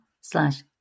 slash